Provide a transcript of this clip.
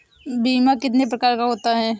बीमा कितने प्रकार का होता है?